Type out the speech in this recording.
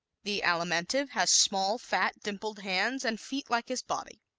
the alimentive has small, fat, dimpled hands and feet like his body